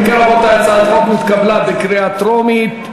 אם כן, רבותי, הצעת החוק נתקבלה בקריאה טרומית,